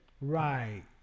Right